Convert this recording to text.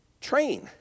train